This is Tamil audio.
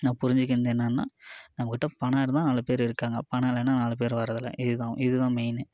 நான் புரிஞ்சிக்கிறது வந்து என்னன்னா நம்மக்கிட்ட பணம் இருந்தால் நாலு பேரு இருக்காங்க பணம் இல்லைன்னா நாலு பேர் வர்றதில்லை இது தான் இது தான் மெயினு